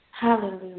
Hallelujah